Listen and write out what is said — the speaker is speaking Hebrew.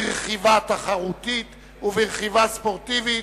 ברכיבה תחרותית וברכיבה ספורטיבית),